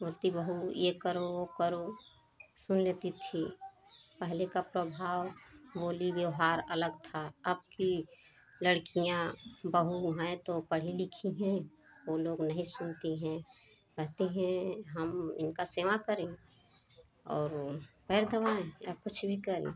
बोलती बहू ये करो वो करो सुन लेती थी पहले का प्रभाव बोली व्यवहार अलग था अब की लड़कियाँ बहु हैं तो पढ़ी लिखी हैं उ लोग नहीं सुनती हैं कहती हैं हम इनका सेवां करें और पैर दबाएँ या कुछ भी करें